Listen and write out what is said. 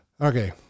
Okay